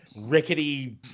rickety